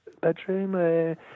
bedroom